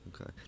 Okay